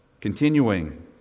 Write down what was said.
Continuing